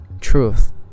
truth